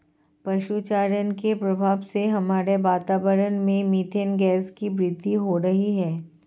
पशु चारण के प्रभाव से हमारे वातावरण में मेथेन गैस की वृद्धि हो रही है